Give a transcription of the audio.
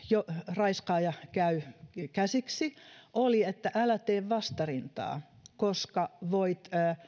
raiskaaja jo käy käsiksi oli että älä tee vastarintaa koska voit